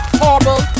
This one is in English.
horrible